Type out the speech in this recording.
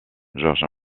george